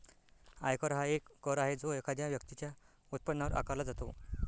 आयकर हा एक कर आहे जो एखाद्या व्यक्तीच्या उत्पन्नावर आकारला जातो